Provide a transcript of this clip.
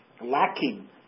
lacking